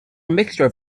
mixture